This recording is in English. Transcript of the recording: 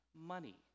money